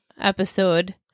episode